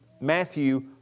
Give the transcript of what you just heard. Matthew